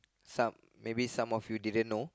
some maybe some of you didn't know